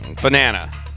Banana